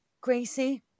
Gracie